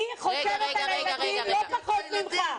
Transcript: אני חושבת על הילדים לא פחות ממך.